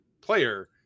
player